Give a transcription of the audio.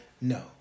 No